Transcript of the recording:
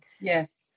Yes